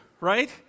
right